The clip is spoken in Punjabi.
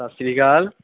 ਸਤਿ ਸ਼੍ਰੀ ਅਕਾਲ